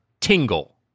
Tingle